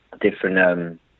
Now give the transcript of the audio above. different